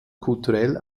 kulturell